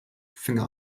finger